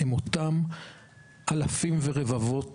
הם אותם אלפים ורבבות,